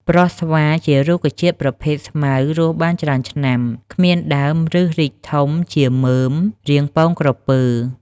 ប្រស់ស្វាជារុក្ខជាតិប្រភេទស្មៅ រស់បានច្រើនឆ្នាំ គ្មានដើម ឫសរីកធំជាមើម រាងពងក្រពើ។